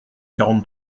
quarante